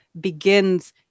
begins